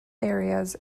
areas